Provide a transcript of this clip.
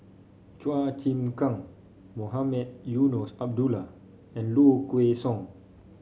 Chua Chim Kang Mohamed Eunos Abdullah and Low Kway Song